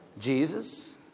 Jesus